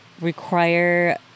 require